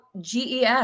GES